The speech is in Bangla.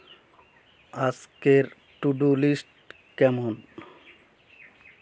আজকের টু ডু লিস্ট কেমন